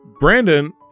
Brandon